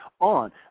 on